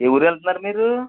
ఏ ఊరు వెళ్తున్నారు మీరు